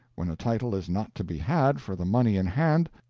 when a title is not to be had for the money in hand,